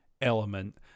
element